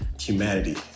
humanity